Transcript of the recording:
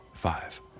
Five